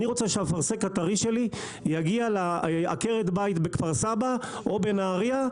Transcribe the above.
אני רוצה שהאפרסק הטרי שלי יגיע לעקרת הבית בכפר סבא או בנהריה,